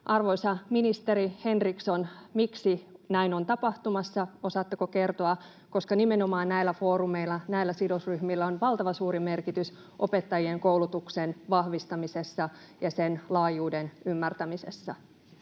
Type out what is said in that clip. Arvoisa ministeri Henriksson, miksi näin on tapahtumassa, osaatteko kertoa? Nimenomaan näillä foorumeilla ja näillä sidosryhmillä on valtavan suuri merkitys opettajien koulutuksen vahvistamisessa ja sen laajuuden ymmärtämisessä.